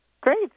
great